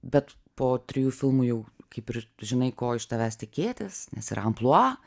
bet po trijų filmų jau kaip ir žinai ko iš tavęs tikėtis nes yra amplua